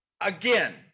again